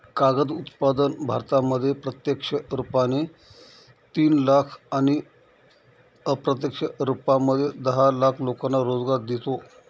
कागद उत्पादन भारतामध्ये प्रत्यक्ष रुपाने तीन लाख आणि अप्रत्यक्ष रूपामध्ये दहा लाख लोकांना रोजगार देतो